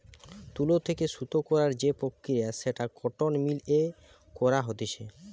তুলো থেকে সুতো করার যে প্রক্রিয়া সেটা কটন মিল এ করা হতিছে